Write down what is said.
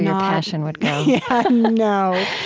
yeah passion would go? no,